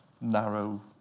narrow